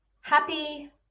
Happy